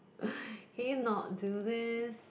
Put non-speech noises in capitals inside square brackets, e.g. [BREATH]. [BREATH] can you not do this